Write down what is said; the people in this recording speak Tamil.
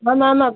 ஆமாம் ஆமாம்